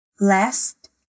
last